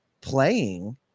playing